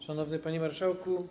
Szanowny Panie Marszałku!